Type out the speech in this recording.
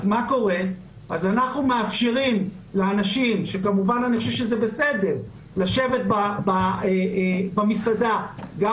אנחנו מאפשרים לאנשים - שכמובן אני חושב שזה בסדר לשבת במסעדה גם